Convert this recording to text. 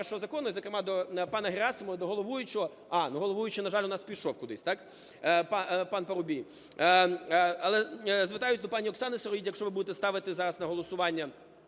звертаюся до пані Оксани Сироїд, якщо ви будете ставити зараз на голосування,